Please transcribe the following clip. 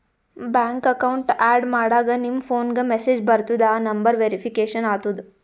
bank account add ಮಾಡಾಗ್ ನಿಮ್ ಫೋನ್ಗ ಮೆಸೇಜ್ ಬರ್ತುದ್ ಆ ನಂಬರ್ ವೇರಿಫಿಕೇಷನ್ ಆತುದ್